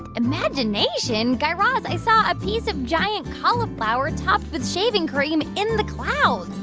imagination? guy raz, i saw a piece of giant cauliflower topped with shaving cream in the clouds.